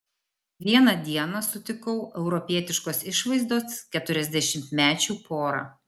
vieną dieną sutikau europietiškos išvaizdos keturiasdešimtmečių porą